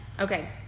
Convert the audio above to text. Okay